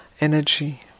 energy